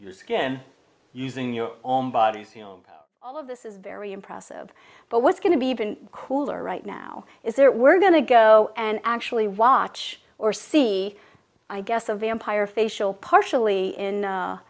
your skin using your own bodies all of this is very impressive but what's going to be even cooler right now is there we're going to go and actually watch or see i guess a vampire facial partially in